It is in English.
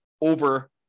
over